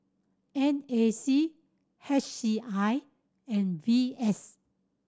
N A C H C I and V S